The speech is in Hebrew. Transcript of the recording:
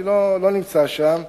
אני לא נמצא שם.